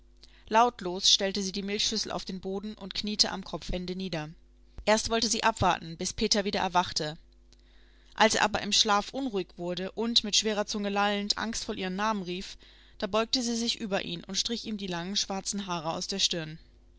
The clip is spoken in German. lautlos stellte sie die milchschüssel auf den boden und kniete am kopfende nieder erst wollte sie abwarten bis peter wieder erwachte als er aber im schlaf unruhig wurde und mit schwerer zunge lallend angstvoll ihren namen rief da beugte sie sich über ihn und strich ihm die langen schwarzen haare aus der stirn